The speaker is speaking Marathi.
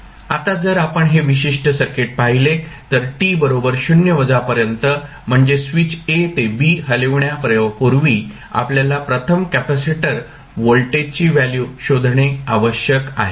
आता जर आपण हे विशिष्ट सर्किट पाहिले तर t बरोबर 0 वजा पर्यंत म्हणजे स्विच a ते b हलविण्यापूर्वी आपल्याला प्रथम कॅपेसिटर व्होल्टेजची व्हॅल्यू शोधणे आवश्यक आहे